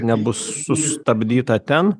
nebus sustabdyta ten